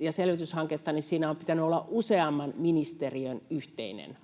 ja selvityshanketta, niin siinä on pitänyt olla useamman ministeriön yhteinen hakemus